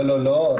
לא, לא, לא.